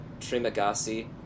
Trimagasi